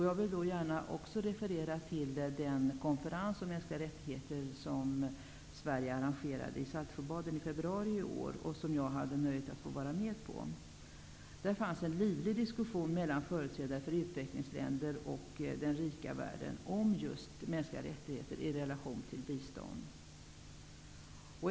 Jag vill gärna referera till den konferens om mänskliga rättigheter som Sverige arrangerade i Saltsjöbaden i februari i år och som jag hade nöjet av att få vara med på. Där försigick en livlig diskussion mellan företrädare för utvecklingsländer och den rika världen om just mänskliga rättigheter i relation till bistånd.